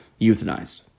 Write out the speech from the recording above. euthanized